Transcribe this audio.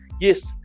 yes